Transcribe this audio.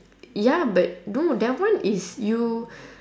ya but no that one is you